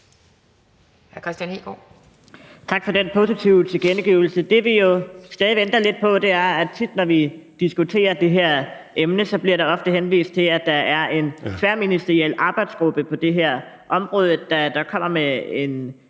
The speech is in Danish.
Tak for den positive tilkendegivelse. Det, vi jo stadig væk venter lidt på, er nogle anbefalinger. Tit når vi diskuterer det her emne, bliver der henvist til, at der er en tværministeriel arbejdsgruppe på det her område, der kommer med